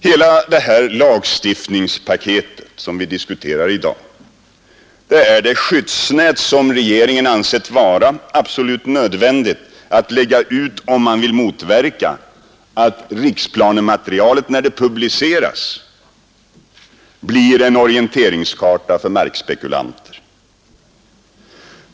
Hela det lagstiftningspaket som vi diskuterar i dag är det skyddsnät som regeringen ansett vara absolut nödvändigt att lägga ut om man vill motverka att riksplanematerialet, när det publiceras, blir en orienteringskarta för markspekulanter.